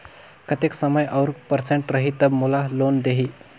कतेक समय और परसेंट रही तब मोला लोन देही?